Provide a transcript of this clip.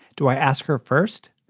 do i ask her first?